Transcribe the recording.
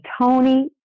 Tony